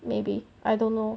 maybe I don't know